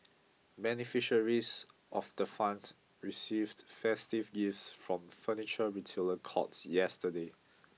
beneficiaries of the fund received festive gifts from furniture retailer courts yesterday